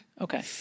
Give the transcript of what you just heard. Okay